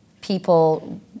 people